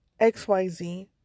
XYZ